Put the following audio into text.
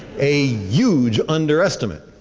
a huge underestimate,